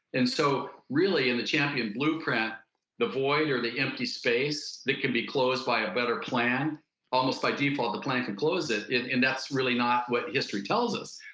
and so really in the champions blueprint the void or the empty space that can be closed by a better plan almost by default the plan can close it, and that's really not what history tells us.